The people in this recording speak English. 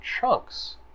chunks